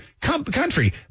country